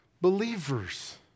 believers